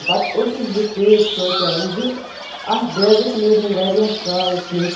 پَتہٕ اوسُس بہٕ ژیٖرۍ سونٛچان زِ اَتھ بیگَس نیرِ نہٕ واریاہ کال کینٛہہ